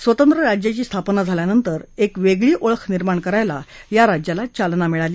स्वतंत्र राज्याची स्थापना झाल्यानंतर एक वेगळी ओळख निर्माण करायला त्या राज्याला चालना मिळाली